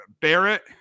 barrett